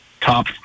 Top